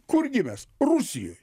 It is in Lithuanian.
kur gimęs rusijoj